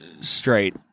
straight